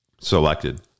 selected